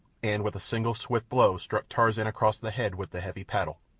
and with a single swift blow struck tarzan across the head with the heavy paddle.